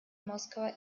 moskauer